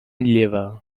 lleva